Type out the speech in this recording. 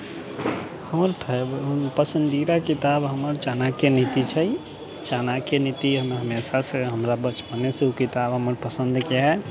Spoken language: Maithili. पसन्दीदा किताब हमर चाणक्य नीति छै चाणक्य नीति हमरा हमेशासँ हमरा बचपनेसँ ओ किताब हमर पसन्दके हइ